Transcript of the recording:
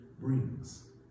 brings